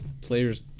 player's